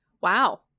Wow